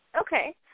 Okay